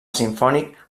simfònic